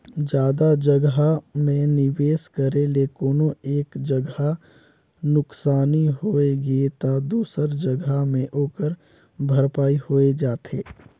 जादा जगहा में निवेस करे ले कोनो एक जगहा नुकसानी होइ गे ता दूसर जगहा में ओकर भरपाई होए जाथे